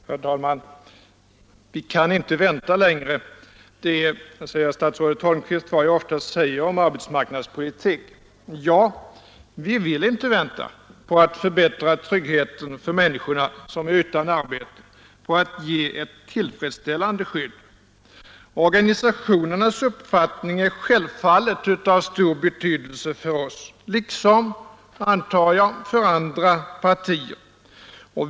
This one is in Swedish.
Herr talman! Vi kan inte vänta längre — det är enligt statsrådet Holmqvist vad jag oftast säger om arbetsmarknadspolitik. Ja, vi vill inte vänta på att förbättra tryggheten för de människor som är utan arbete, på att ge ett tillfredsställande skydd. Organisationernas uppfattning är självfallet av stor betydelse för oss liksom, antar jag, för andra partier.